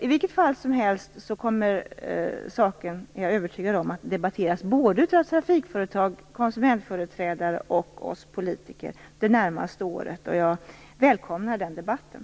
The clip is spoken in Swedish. I vilket fall som helst är jag övertygad om att saken kommer att debatteras såväl av trafikföretag och konsumentföreträdare som av oss politiker det närmaste året. Jag välkomnar den debatten.